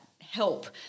help